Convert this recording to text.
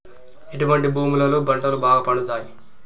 ఎటువంటి భూములలో పంటలు బాగా పండుతయ్?